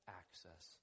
access